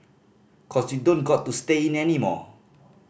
cause you don't got to stay in anymore